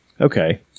Okay